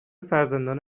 فرزندان